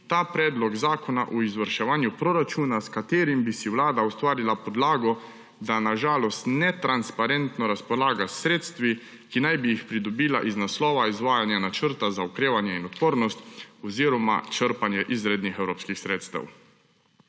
ta predlog zakona o izvrševanju proračuna, s katerim bi si Vlada ustvarila podlago, da na žalost netransparentno razpolaga s sredstvi, ki naj bi jih pridobila iz naslova izvajanja Načrta za okrevanje in odpornost oziroma črpanje izrednih evropskih sredstev.